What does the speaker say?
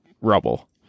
rubble